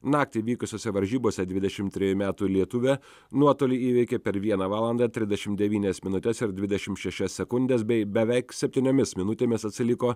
naktį vykusiose varžybose dvidešim trejų metų lietuvė nuotolį įveikė per vieną valandą trisdešim devynias minutes ir dvidešim šešias sekundes bei beveik septyniomis minutėmis atsiliko